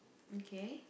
okay